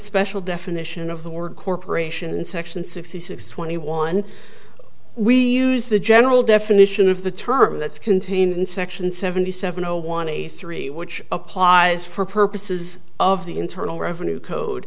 special definition of the word corporation in section sixty six twenty one we use the general definition of the term that's contained in section seventy seven zero one eight three which applies for purposes of the internal revenue code